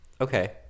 Okay